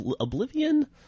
Oblivion